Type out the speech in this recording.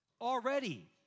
Already